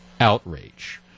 outrage